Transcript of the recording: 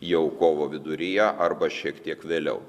jau kovo viduryje arba šiek tiek vėliau